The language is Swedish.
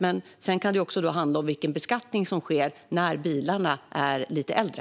Det kan också handla om vilken beskattning som sker när bilarna är lite äldre.